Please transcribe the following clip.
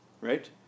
right